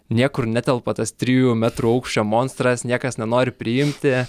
niekur netelpa tas trijų metrų aukščio monstras niekas nenori priimti